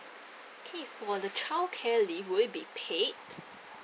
K for the childcare leave will it be paid